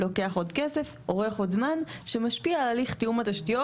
לוקח עוד כסף ואורך עוד זמן שמשפיע על הליך תיאום התשתיות,